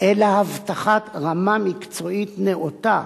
אלא הבטחת רמה מקצועית נאותה